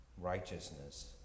righteousness